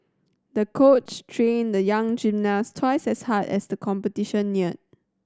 the coach trained the young gymnast twice as hard as the competition neared